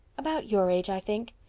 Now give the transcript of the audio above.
about your age i think.